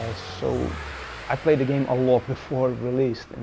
ah so i played a game a lot before release, and